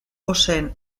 ozen